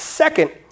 Second